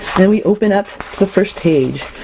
then we open up the first page,